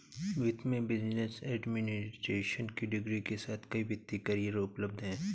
वित्त में business administration की डिग्री के साथ कई वित्तीय करियर उपलब्ध हैं